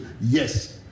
Yes